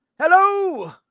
Hello